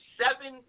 seven